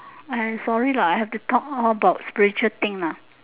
I sorry lah I have to talk all about spiritual thing lah